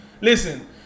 Listen